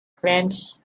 clenched